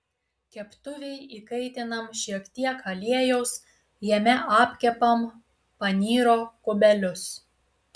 keptuvėj įkaitinam šiek tiek aliejaus jame apkepam panyro kubelius